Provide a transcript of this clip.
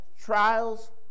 trials